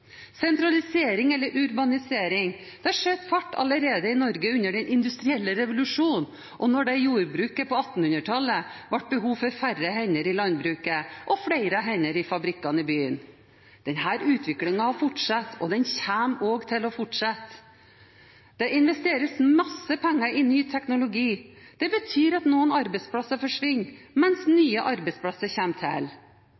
Sentralisering eller urbanisering skjøt fart i Norge allerede under den industrielle revolusjon og da det i jordbruket på 1800-tallet ble behov for færre hender i landbruket og flere hender i fabrikkene i byene. Denne utviklingen har fortsatt og kommer også til å fortsette. Det investeres masse penger i ny teknologi. Det betyr at noen arbeidsplasser forsvinner, mens